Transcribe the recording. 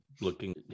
looking